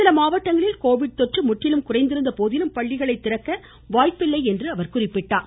சில மாவட்டங்களில் கோவிட் தொற்று முற்றிலும் குறைந்திருந்த போதிலும் பள்ளிகளை திறக்க வாய்ப்பில்லை என்று அவர் கூறினார்